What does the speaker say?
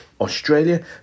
Australia